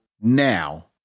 now